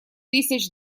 тысяч